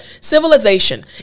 civilization